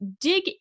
dig